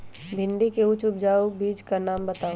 भिंडी के उच्च उपजाऊ बीज के नाम बताऊ?